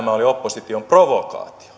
oli opposition provokaatio